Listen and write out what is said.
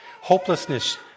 Hopelessness